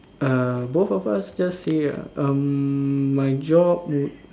uh both of us just say lah um my job would